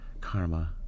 Karma